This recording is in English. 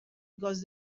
because